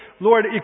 Lord